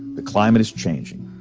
the climate is changing.